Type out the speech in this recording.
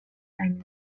time